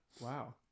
wow